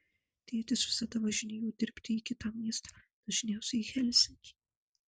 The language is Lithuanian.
tėtis visada važinėjo dirbti į kitą miestą dažniausiai į helsinkį